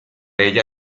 ella